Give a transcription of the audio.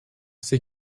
c’est